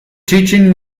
teaching